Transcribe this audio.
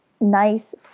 nice